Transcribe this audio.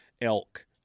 elk